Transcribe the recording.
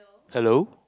hello